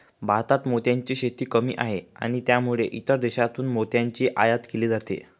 भारतात मोत्यांची शेती कमी आहे आणि त्यामुळे इतर देशांतून मोत्यांची आयात केली जाते